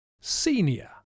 senior